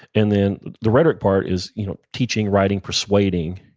and then the rhetoric part is you know teaching, writing, persuading,